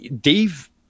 Dave